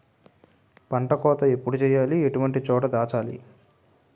పంట కోత ఎప్పుడు చేయాలి? ఎటువంటి చోట దాచాలి?